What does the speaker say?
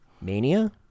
Mania